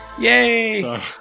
Yay